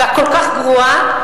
והכל-כך גרועה,